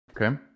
Okay